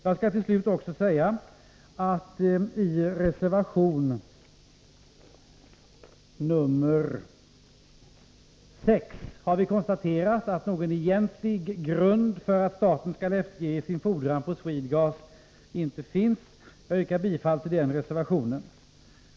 Jag skall till slut också säga att vi i reservation nr 6 har konstaterat att någon egentlig grund för att staten skall efterge sin fordran på Swedegas inte finns. Jag yrkar bifall till denna reservation.